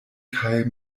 kaj